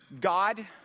God